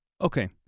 Okay